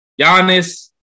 Giannis